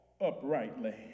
uprightly